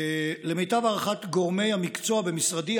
למיטב הערכת גורמי המקצוע במשרדי,